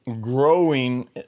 growing